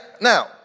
now